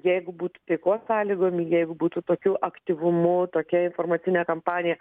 jeigu būtų taikos sąlygomi jeigu būtų tokiu aktyvumu tokia informacinė kampanija